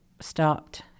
stopped